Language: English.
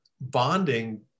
bonding